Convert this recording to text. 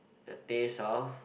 the taste of